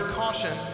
caution